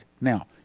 now